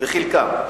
חלקם.